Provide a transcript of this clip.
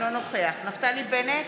אינו נוכח נפתלי בנט,